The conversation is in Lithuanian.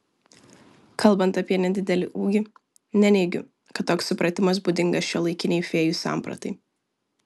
kalbant apie nedidelį ūgį neneigiu kad toks supratimas būdingas šiuolaikinei fėjų sampratai